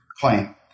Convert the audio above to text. claim